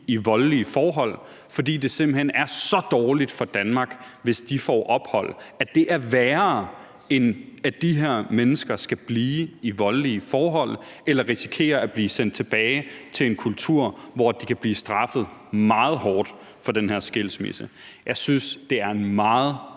i voldelige forhold, fordi det simpelt hen er så dårligt for Danmark, hvis de får ophold – at det er værre, end at de her mennesker skal blive i voldelige forhold eller risikere at blive sendt tilbage til en kultur, hvor de kan blive straffet meget hårdt for den her skilsmisse. Jeg synes, det er en meget